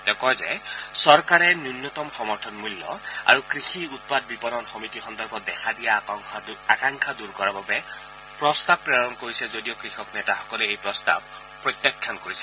তেওঁ কয় যে চৰকাৰে ন্যনতম সমৰ্থন মূল্য আৰু কৃষি উৎপাদ বিপণন সমিতি সন্দৰ্ভত দেখা দিয়া আশংকা দূৰ কৰাৰ বাবে প্ৰস্তাৱ প্ৰেৰণ কৰিছে যদিও কৃষক নেতাসকলে এই প্ৰস্তাৱ প্ৰত্যাখ্যান কৰিছে